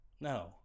No